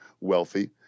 wealthy